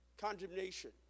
condemnation